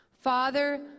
Father